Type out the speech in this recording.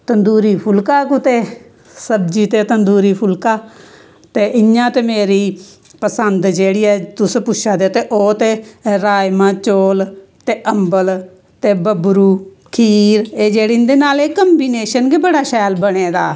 तंदूरी फुलका कुते सब्जी ते तंदूरी फुलका ते इयां ते मेरी पसंद जेह्ड़ी ऐ तुस पुच्छा दे ते ओहे ते राजमां चौल ते अम्बल ते बबरू खीर एह् जेह्ड़े इन्दे नाल एह् कंबिनेशन गै बड़ा शैल बने दा